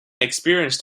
experienced